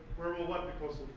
where will what be posted?